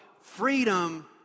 Freedom